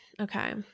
Okay